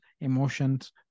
emotions